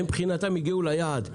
הם מבחינתם הגיעו ליעד,